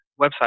website